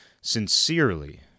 sincerely